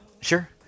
Sure